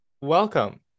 Welcome